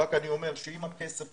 רק אני אומר שאם הכסף,